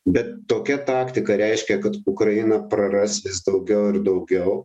bet tokia taktika reiškia kad ukraina praras vis daugiau ir daugiau